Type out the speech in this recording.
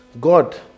God